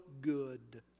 good